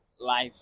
life